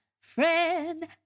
friend